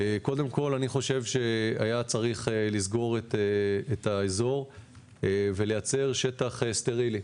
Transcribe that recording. קודם כל אני חושב שהיה צריך לסגור את האזור ולייצר שטח סטרילי.